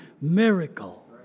miracle